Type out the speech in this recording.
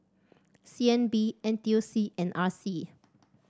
C N B N T U C and R C